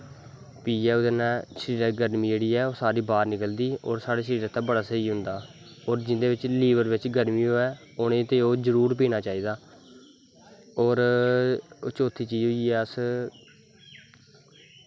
पीयै कन्नै शरीरा दा गर्मी जेह्ड़ी बाह्र निकलदी होर साढ़ा शरीर जेह्का बड़ा स्हेई होंदा होर जिं'दे बिच्च लीवर बिच्च गर्मी होऐ उ'नें गी ते ओह् जरूर पीना चाहिदा होर चौत्थी चीज होई अस